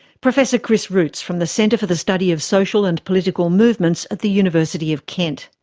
professor chris rootes from the centre for the study of social and political movements at the university of kent.